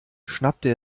schnappte